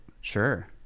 Sure